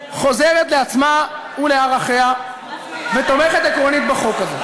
חוזרת לעצמה ולערכיה ותומכת עקרונית בחוק הזה.